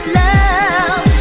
love